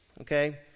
okay